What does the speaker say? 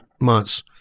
months